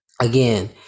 Again